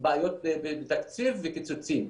בעיות בתקציב וקיצוצים.